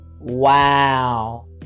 wow